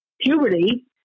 puberty